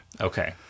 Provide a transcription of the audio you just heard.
okay